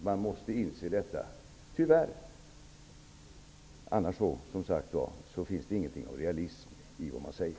Man måste tyvärr inse detta -- annars finns det ingen realism i det man säger.